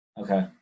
Okay